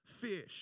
fish